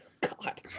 God